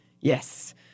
Yes